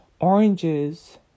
oranges